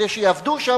כדי שיעבדו שם,